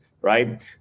right